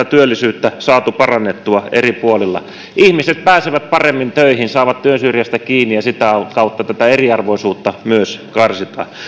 työllisyyttä saatu parannettua eri puolilla ihmiset pääsevät paremmin töihin saavat työn syrjästä kiinni ja sitä kautta tätä eriarvoisuutta myös karsitaan